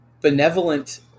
Benevolent